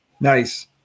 Nice